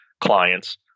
clients